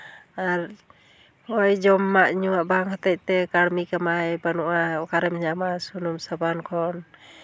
ᱟᱨ ᱱᱚᱜᱼᱚᱭ ᱡᱚᱢᱟᱜ ᱧᱩᱣᱟᱜ ᱵᱟᱝ ᱦᱚᱛᱮᱫ ᱛᱮ ᱠᱟᱹᱲᱢᱤ ᱠᱟᱢᱟᱭ ᱵᱟᱹᱱᱩᱜᱼᱟ ᱚᱠᱟ ᱨᱮᱢ ᱧᱟᱢᱟ ᱥᱩᱱᱩᱢ ᱥᱟᱵᱟᱱ ᱠᱚ